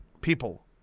People